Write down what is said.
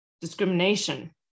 discrimination